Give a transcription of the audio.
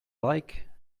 like